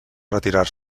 retirar